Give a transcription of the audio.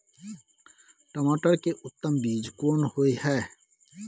टमाटर के उत्तम बीज कोन होय है?